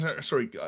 sorry